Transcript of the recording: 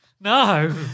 No